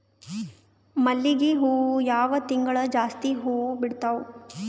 ಮಲ್ಲಿಗಿ ಹೂವು ಯಾವ ತಿಂಗಳು ಜಾಸ್ತಿ ಹೂವು ಬಿಡ್ತಾವು?